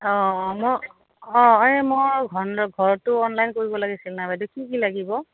অঁ অঁ মই অঁ এই মই ঘৰতো অনলাইন কৰিব লাগিছিল নাই বাইদেউ কি কি লাগিব